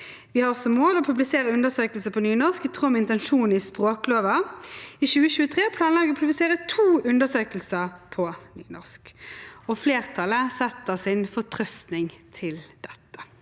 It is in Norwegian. «Vi har som mål å publisere undersøkelser på nynorsk i tråd med intensjonene i språklova. I 2023 planlegger vi å publisere to undersøkelser på nynorsk.» Flertallet setter sin fortrøstning til dette.»